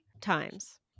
times